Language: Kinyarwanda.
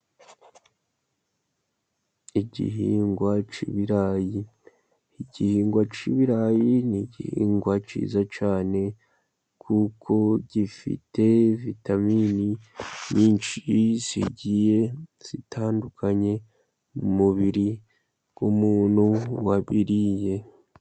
Igihingwa cy'ibirayi: Igihingwa cy'ibirayi ni igihingwa cyiza cyane kuko gifite vitaminini nyinshi zigiye zitandukanye, mu mubiri w'umuntu wabiriye.